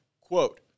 quote